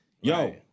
yo